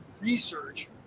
research